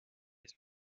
his